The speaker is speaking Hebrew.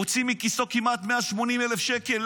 הוא הוציא מכיסו כמעט 180,000 שקלים.